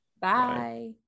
Bye